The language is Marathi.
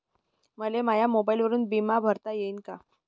मले माया मोबाईलवरून बिमा भरता येईन का?